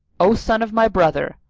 o son of my brother,